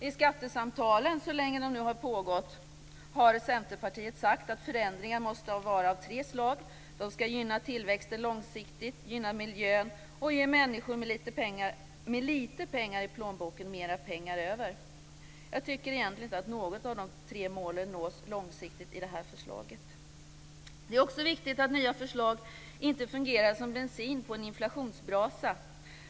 I skattesamtalen, så länge de nu har pågått, har Centerpartiet sagt att förändringar måste vara av tre slag. De ska gynna tillväxten långsiktigt, de ska gynna miljön och de ska ge människor med lite pengar i plånboken mer pengar över. Jag tycker egentligen inte att något av dessa tre mål nås långsiktigt i det här förslaget. Det är också viktigt att nya förslag inte fungerar som bensin på en inflationsbrasa.